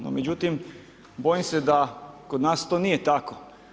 No međutim bojim se da kod nas to nije tako.